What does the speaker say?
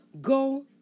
Go